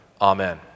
Amen